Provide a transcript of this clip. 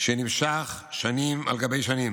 שנמשך שנים על גבי שנים.